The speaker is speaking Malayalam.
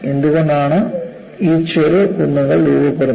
എന്തുകൊണ്ടാണ് ഈ ചെറു കുന്നുകൾ രൂപപ്പെടുന്നത്